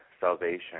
salvation